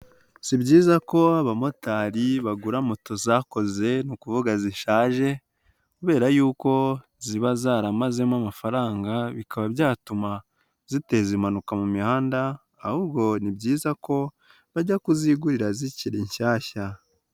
Si byiza ko abamotari bagura moto zakoze, ni ukubuga zishaje kubera yuko ziba zaramazemo amafaranga, bikaba byatuma ziteza impanuka mu mihanda ahubwo ni byiza ko bajya kuzigurira zikiri nshyashya.